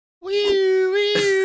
Wee-wee